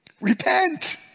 repent